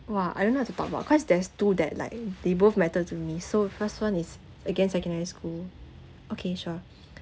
!wah! I don't know what to talk about cause there's two that like they both matter to me so first one is again secondary school okay sure